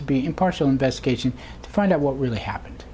to be impartial investigation to find out what really happened